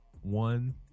one